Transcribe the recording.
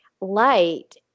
Light